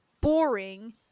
boring